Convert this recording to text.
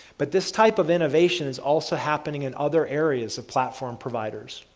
but this type of innovation is also happening in other areas of platform providers.